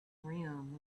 rim